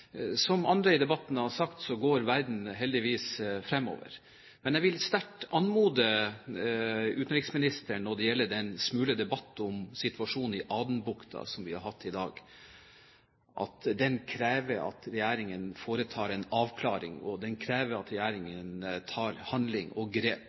Som andre i debatten har sagt, går verden heldigvis fremover. Jeg vil komme med en sterk anmodning til utenriksministeren når det gjelder den smule debatt om situasjonen i Adenbukta, som vi har hatt i dag. Den krever at regjeringen foretar en avklaring, og den krever at regjeringen foretar handling og grep.